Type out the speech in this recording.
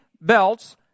Belts